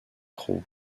cros